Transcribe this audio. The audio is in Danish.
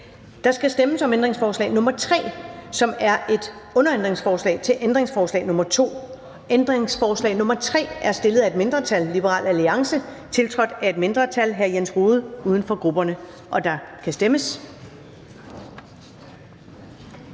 Der skal stemmes om ændringsforslag nr. 3, som er et underændringsforslag til ændringsforslag nr. 2. Ændringsforslag nr. 3 er stillet af et mindretal (LA) og tiltrådt af et mindretal (Jens Rohde (UFG)). Der kan stemmes.